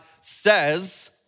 says